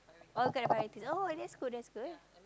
all kind of priorities oh that's cool that's cool